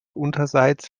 unterseits